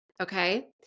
Okay